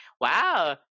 wow